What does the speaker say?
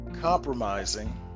compromising